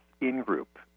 in-group